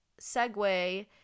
segue